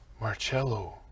Marcello